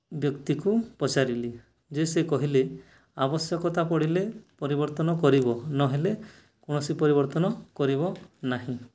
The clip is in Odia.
ବ୍ୟକ୍ତିକୁ ପଚାରିଲି ଯେ ସେ କହିଲେ ଆବଶ୍ୟକତା ପଡ଼ିଲେ ପରିବର୍ତ୍ତନ କରିବ ନହେଲେ କୌଣସି ପରିବର୍ତ୍ତନ କରିବ ନାହିଁ